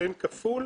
לפעמים כפול,